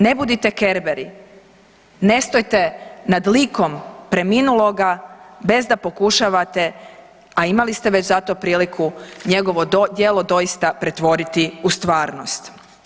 Ne budite Kerberi, ne stojte nad likom preminuloga bez da pokušavate, a imali ste već za to priliku njegovo djelo doista pretvoriti u stvarnost.